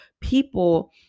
people